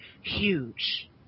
huge